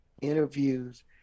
interviews